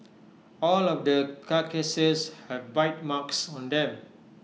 all of the carcasses have bite marks on them